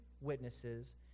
witnesses